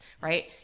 right